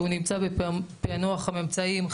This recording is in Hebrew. הוא נמצא בפיענוח הממצאים,